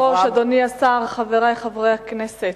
אדוני היושב-ראש, אדוני השר, חברי חברי הכנסת,